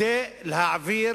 כדי להעביר